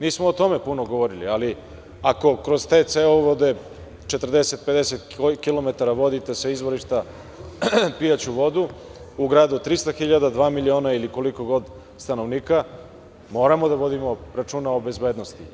Mi smo o tome puno govorili, ali ako kroz te cevovode 40, 50 kilometara vodite sa izvorišta pijaću vodu, u gradu 300.000, dva miliona ili koliko god stanovnika, moramo da vodimo računa o bezbednosti.